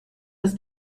ist